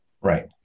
right